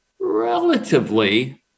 relatively